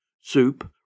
soup